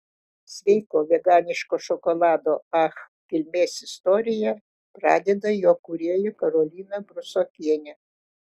sveiko veganiško šokolado ach kilmės istoriją pradeda jo kūrėja karolina brusokienė